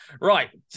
Right